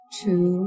two